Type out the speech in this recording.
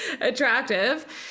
attractive